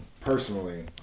personally